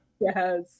yes